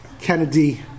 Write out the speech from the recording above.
Kennedy